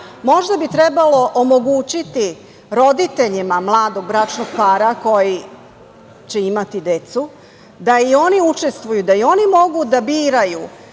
Možda bi trebalo omogućiti roditeljima mladog bračnog para koji će imati decu da i oni učestvuju, da i oni mogu da biraju